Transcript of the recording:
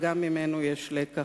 וגם ממנו יש לקח.